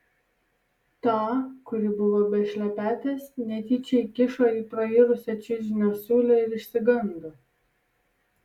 tą kuri buvo be šlepetės netyčia įkišo į prairusią čiužinio siūlę ir išsigando